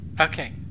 Okay